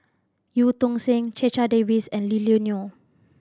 Eu Tong Sen Checha Davies and Lily Neo